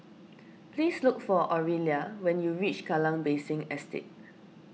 please look for Orilla when you reach Kallang Basin Estate